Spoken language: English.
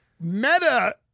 Meta